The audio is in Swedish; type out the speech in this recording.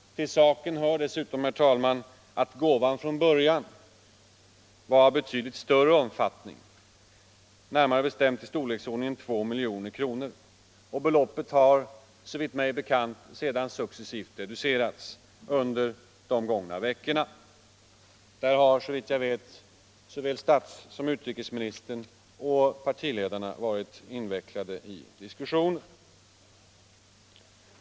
Till saken hör dessutom, herr talman, att gåvan från början var av betydligt större omfattning, närmare bestämt i storleksordningen 2 milj.kr. Beloppet har, såvitt mig är bekant, sedan successivt reducerats under de gångna veckorna. Därvid har, såvitt jag vet, såväl statsoch utrikesministern som partiledarna varit invecklade i diskussioner.